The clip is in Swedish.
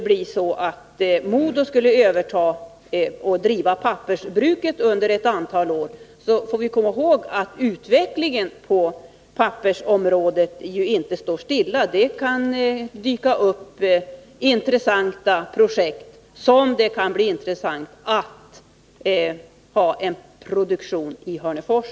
Om MoDo skulle överta och driva pappersbruket under ett antal år skall vi komma ihåg att utvecklingen på pappersområdet inte står stilla. Det kan dyka upp projekt som kan bli intressanta att producera i Hörnefors.